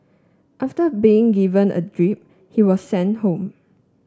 after being given a drip he was sent home